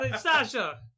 Sasha